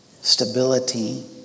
stability